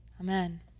Amen